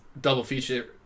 double-feature